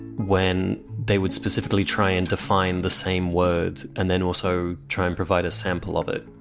when they would specifically try and define the same word, and then also try and provide a sample of it.